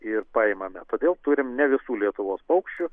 ir paimame todėl turim ne visų lietuvos paukščių